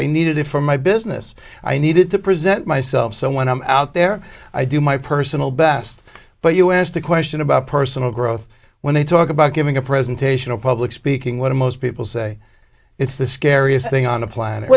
i needed it for my business i needed to present myself so when i'm out there i do my personal best but you asked a question about personal growth when they talk about giving a presentation a public speaking what are most people say it's the scariest thing on the planet